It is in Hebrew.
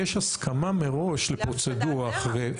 יש הסכמה מראש לפרוצדורה.